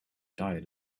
diet